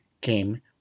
came